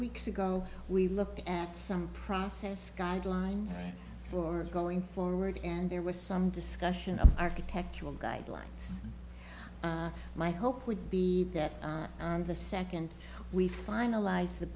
weeks ago we looked at some process guidelines for going forward and there was some discussion of architectural guidelines my hope would be that on the second we finalize the